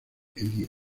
elías